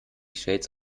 shades